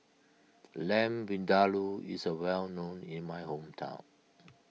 Lamb Vindaloo is well known in my hometown